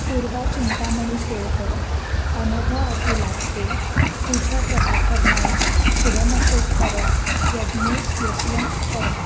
Purva Chintamani Kelkar Anagha Atul Apte Puja Prabhakar Nayak Shubham Ashok Parab Yajnesh Yashwant Parab